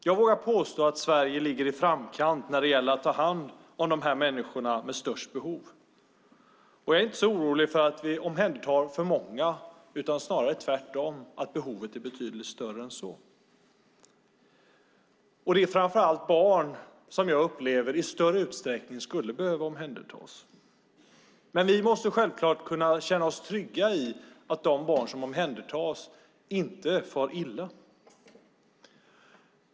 Jag vågar påstå att Sverige ligger i framkant när det gäller att ta hand om människorna med störst behov. Jag är inte så orolig för att vi omhändertar för många utan snarare tvärtom, att behovet är betydligt större än så. Det är framför allt barn som jag upplever i större utsträckning skulle behöva omhändertas. Men vi måste självklart kunna känna oss trygga i att de barn som omhändertas inte far illa.